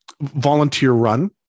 volunteer-run